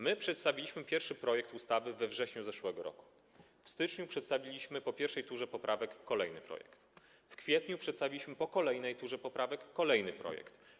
My przedstawiliśmy pierwszy projekt ustawy we wrześniu zeszłego roku, w styczniu przedstawiliśmy po pierwszej turze poprawek kolejny projekt, w kwietniu przedstawiliśmy po kolejnej turze poprawek kolejny projekt.